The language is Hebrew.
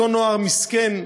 אותו נוער מסכן,